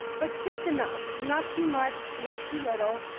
but just enough, not too much, not too little.